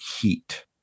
heat